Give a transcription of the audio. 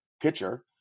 pitcher